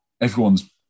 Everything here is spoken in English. Everyone's